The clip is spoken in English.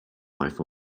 life